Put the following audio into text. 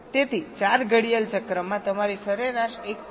તેથી 4 ઘડિયાળ ચક્રમાં તમારી સરેરાશ 1